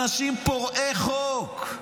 אנשים פורעי חוק,